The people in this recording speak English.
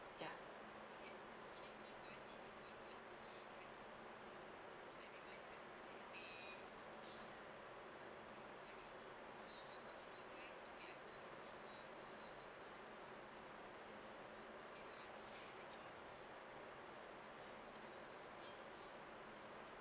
ya